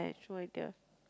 so why the